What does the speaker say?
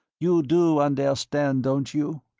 you do understand, don't you?